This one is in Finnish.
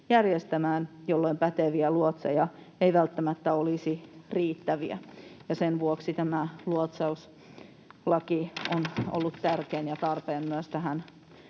järjestämään, jolloin päteviä luotseja ei välttämättä olisi riittävästi, ja sen vuoksi tämä luotsauslaki on ollut tärkeä ja tarpeen myös tähän